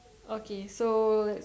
okay so